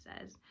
says